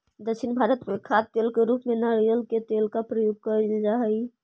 दक्षिण भारत में खाद्य तेल के रूप में नारियल के तेल का प्रयोग करल जा हई